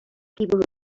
people